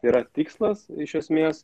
yra tikslas iš esmės